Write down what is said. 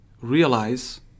realize